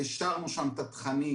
השארנו שם את התכנים